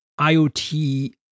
IoT